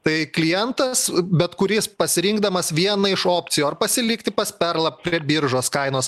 tai klientas bet kuris pasirinkdamas vieną iš opcijų ar pasilikti pas perlą prie biržos kainos